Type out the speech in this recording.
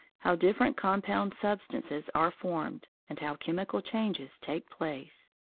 how different compound substances are formed, and how chemical changes take place.